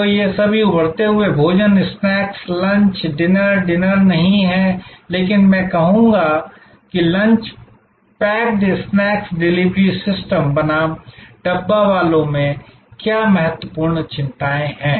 तो ये सभी उभरते हुए भोजन स्नैक्स लंच डिनर डिनर नहीं हैं लेकिन मैं कहूंगा कि lunch packed snacks delivery system बनाम डब्बावालों में क्या महत्वपूर्ण चिंताएं हैं